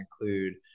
include